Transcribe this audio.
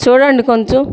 చూడండి కొంచెం